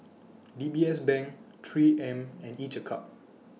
D B S Bank three M and Each A Cup